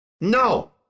No